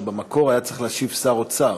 שבמקור היה צריך להשיב שר האוצר.